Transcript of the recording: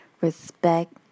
Respect